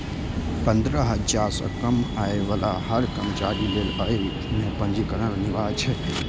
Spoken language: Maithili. पंद्रह हजार सं कम आय बला हर कर्मचारी लेल अय मे पंजीकरण अनिवार्य छै